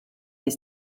des